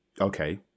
okay